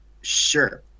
Sure